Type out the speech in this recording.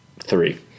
Three